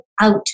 out